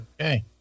Okay